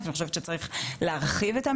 אני שמחה לפתוח את הדיון על אבטלת צעירים בישראל,